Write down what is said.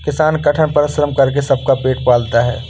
किसान कठिन परिश्रम करके सबका पेट पालता है